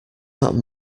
that